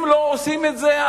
אם לא עושים את זה,